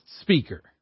speaker